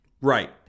Right